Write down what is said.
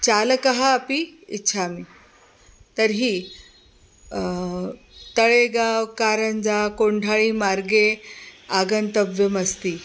चालकः अपि इच्छामि तर्हि तळेगाव् कारञ्जा कोण्ढायि मार्गे आगन्तव्यमस्ति